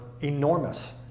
enormous